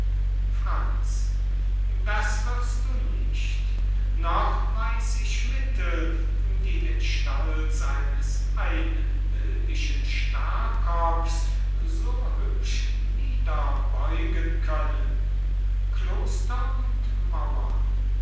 franz das wirst du nicht noch weiß ich mittel die den stolz eines einbildischen starrkopfs so hübsch niederbeugen können kloster und mauren